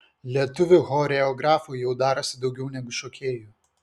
lietuvių choreografų jau darosi daugiau negu šokėjų